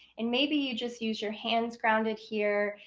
and maybe you just use your hands grounded here,